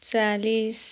चालिस